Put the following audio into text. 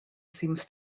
seems